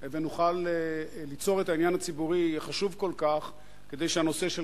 ונוכל ליצור את העניין הציבורי החשוב כל כך כדי שהנושא של